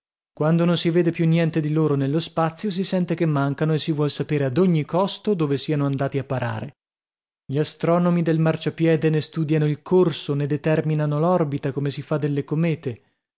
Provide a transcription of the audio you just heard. quando non si vede più niente di loro nello spazio si sente che mancano e si vuol sapere ad ogni costo dove siano andati a parare gli astronomi del marciapiede ne studiano il corso ne determinano l'orbita come si fa delle comete